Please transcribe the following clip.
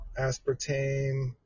aspartame